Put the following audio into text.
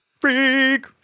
Freak